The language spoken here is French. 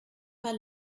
pas